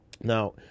Now